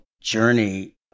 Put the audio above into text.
journey